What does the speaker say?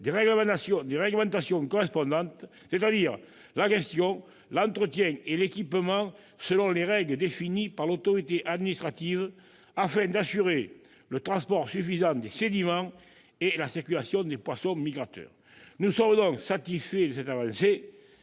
des réglementations correspondantes, c'est-à-dire la gestion, l'entretien et l'équipement selon les règles définies par l'autorité administrative, afin d'assurer le transport suffisant des sédiments et la circulation des poissons migrateurs. Nous sommes donc satisfaits de cette avancée.